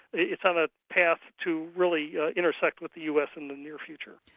it's on a path to really intersect with the us in the near future.